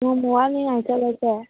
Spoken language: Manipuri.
ꯅꯣꯡꯃ ꯋꯥꯠꯂꯤꯉꯩ ꯆꯠꯂꯁꯦ